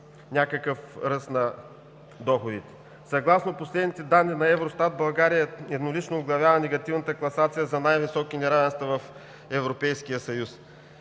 някакъв ръст на доходите. Съгласно последните данни на Евростат България еднолично оглавява негативната класация за най-високи неравенства в Европейския съюз.